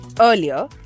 Earlier